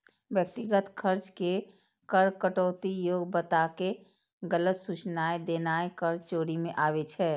व्यक्तिगत खर्च के कर कटौती योग्य बताके गलत सूचनाय देनाय कर चोरी मे आबै छै